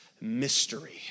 mystery